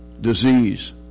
disease